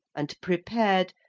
and prepared,